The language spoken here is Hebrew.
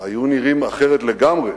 היו נראים אחרת לגמרי